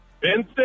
Vincent